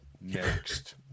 next